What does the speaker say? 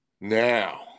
Now